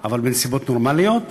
אבל בנסיבות נורמליות,